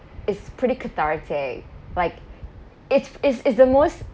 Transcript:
is pretty cathartic like it's it's it's the most